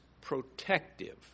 protective